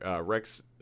Rex